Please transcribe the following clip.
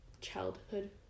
childhood